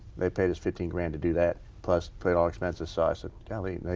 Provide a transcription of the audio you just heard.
they paid us fifteen grand to do that plus paid all expenses. so i said golly.